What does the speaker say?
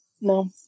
No